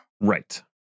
Right